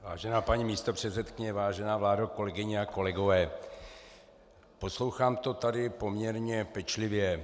Vážená paní místopředsedkyně, vážená vládo, kolegyně a kolegové, poslouchám to tady poměrně pečlivě.